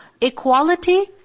Equality